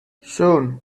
soon